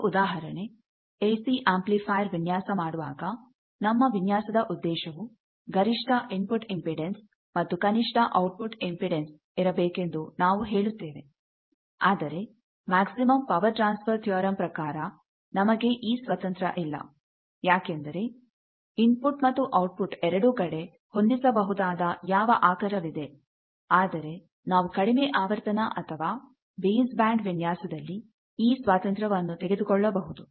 ಒಂದು ಉದಾಹರಣೆ AC amplifier ವಿನ್ಯಾಸ ಮಾಡುವಾಗ ನಮ್ಮ ವಿನ್ಯಾಸದ ಉದ್ದೇಶ ಗರಿಷ್ಠ ಇನ್ಪುಟ್ ಇಂಪೆಡನ್ಸ್ ಮತ್ತು ಕನಿಷ್ಠ ಔಟ್ ಪುಟ್ ಇಂಪೆಡನ್ಸ್ವಿರಬೇಕೆಂದು ನಾವು ಹೇಳುತ್ತೇವೆ ಆದರೆ ಮ್ಯಾಕ್ಸಿಮಮ್ ಪವರ್ ಟ್ರಾನ್ಸ್ಫರ್ ಥಿಯರಮ್ ಪ್ರಕಾರ ನಮಗೆ ಈ ಸ್ವತಂತ್ರ ಇಲ್ಲ ಯಾಕೆಂದರೆ ಇನ್ಪುಟ್ ಮತ್ತು ಔಟ್ ಪುಟ್ ಎರಡೂ ಕಡೆ ಹೊಂದಿಸಬಹುದಾದ ಯಾವ ಆಕರವಿದೆ ಆದರೆ ನಾವು ಕಡಿಮೆ ಆವರ್ತನ ಅಥವಾ ಬೇಸ್ ಬ್ಯಾಂಡ್ ವಿನ್ಯಾಸದಲ್ಲಿ ಈ ಸ್ವಾತಂತ್ರ್ಯವನ್ನು ತೆಗೆದುಕೊಳ್ಳಬಹುದು